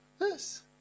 Yes